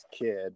kid